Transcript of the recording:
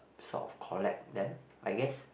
sort of collect them I guess